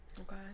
Okay